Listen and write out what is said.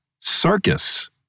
circus